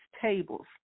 tables